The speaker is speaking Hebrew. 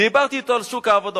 דיברתי אתו על שוק העבודה.